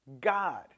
God